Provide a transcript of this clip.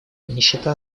нищета